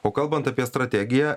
o kalbant apie strategiją